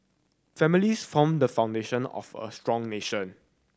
families form the foundation of a strong nation